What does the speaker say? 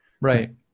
Right